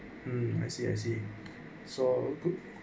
um I see I see so good